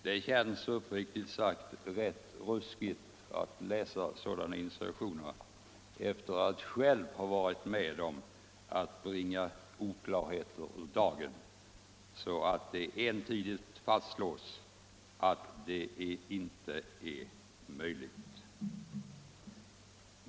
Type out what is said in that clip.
Det känns uppriktigt sagt rätt ruskigt att läsa sådana insinuationer efter att själv ha varit med om att bringa oklarheten ur världen så att det entydigt fastslås att det inte är möjligt att använda militär trupp för sådant ändamål.